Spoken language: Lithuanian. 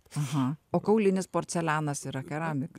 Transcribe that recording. aha o kaulinis porcelianas yra keramika